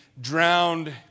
drowned